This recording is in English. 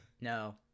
No